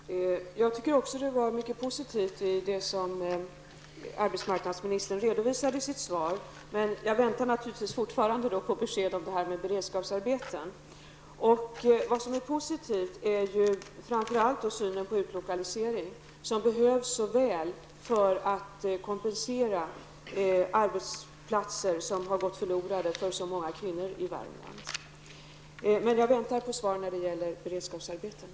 Fru talman! Jag tycker också att det fanns mycket positivt i det som arbetsmarknadsministern redovisade i sitt svar. Men jag väntar naturligtvis fortfarande på besked om beredskapsarbetena. Vad som är positivt är framför allt synen på utlokalisering som behövs så väl för att kompensera arbetsplatser som har gått förlorade för så många kvinnor i Värmland. Men jag väntar på svar när det gäller beredskapsarbetena.